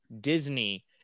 Disney